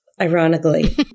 Ironically